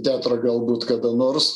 teatrą galbūt kada nors